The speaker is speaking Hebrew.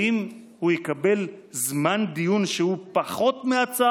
האם הוא יקבל זמן דיון שהוא פחות מההצעה